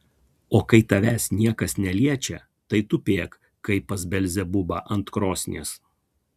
o kai tavęs niekas neliečia tai tupėk kaip pas belzebubą ant krosnies